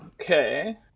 Okay